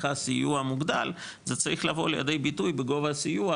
צריכה סיוע מוגדל זה צריך לבוא לידי ביטוי בגובה הסיוע,